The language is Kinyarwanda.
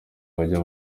bajya